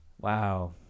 Wow